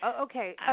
okay